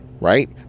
right